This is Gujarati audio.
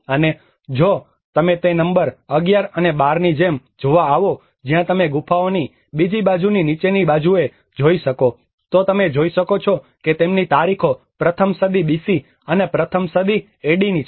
અને જો તમે તે નંબર 11 અને 12 ની જેમ જોવા આવો જ્યાં તમે ગુફાઓની બીજી બાજુની નીચેની બાજુએ જોઈ શકો તો તમે જોઈ શકો છો કે તેમની તારીખો પ્રથમ સદી BC અને પ્રથમ સદી એડી ની છે